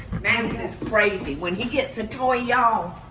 and is is crazy. when he gets a toy y'all